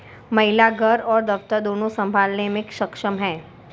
महिला घर और दफ्तर दोनो संभालने में सक्षम हैं